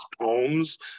poems